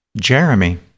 Jeremy